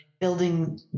building